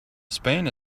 spain